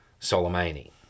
Soleimani